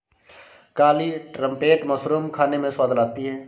काली trumpet mushroom खाने में स्वाद लाती है